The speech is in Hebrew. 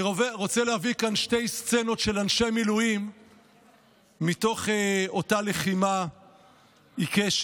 אני רוצה להביא כאן שתי סצנות של אנשי מילואים מתוך אותה לחימה עיקשת.